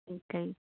okay